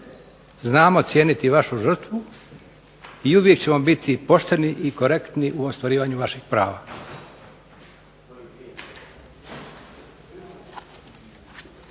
Znamo cijeniti vašu žrtvu i uvijek ćemo biti pošteni i korektni u ostvarivanju vaših prava.